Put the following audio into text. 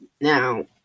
Now